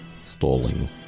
stalling